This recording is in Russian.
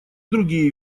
другие